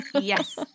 Yes